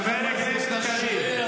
חבר הכנסת קריב.